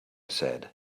said